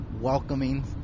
welcoming